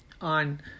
on